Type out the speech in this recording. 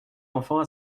enfants